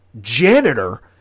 janitor